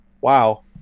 wow